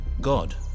God